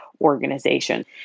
organization